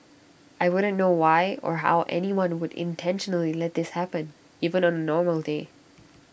I wouldn't know why or how anyone would intentionally let this happen even on A normal day